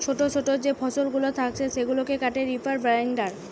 ছোটো ছোটো যে ফসলগুলা থাকছে সেগুলাকে কাটে রিপার বাইন্ডার